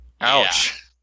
Ouch